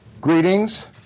Greetings